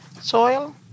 soil